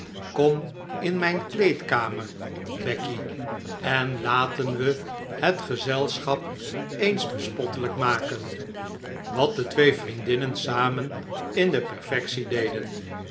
kom in mijn kleedkamer becky en laten we het gezelschap eens bespottelijk maken wat de twee vriendinnen samen in de perfectie deden